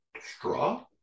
Straw